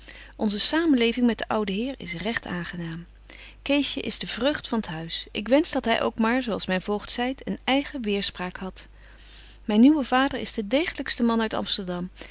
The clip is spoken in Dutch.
onze samenleving met den ouden heer is recht aangenaam ceesje is de vreugd van t huis ik wensch dat hy ook maar zo als myn voogd zeit een eigen weêrspraak hadt myn nieuwe vader is de degelykste man uit amsterdam